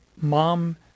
mom